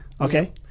Okay